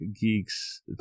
Geeks